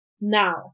now